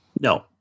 No